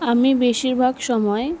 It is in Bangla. আমি বেশিরভাগ সময়